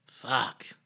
Fuck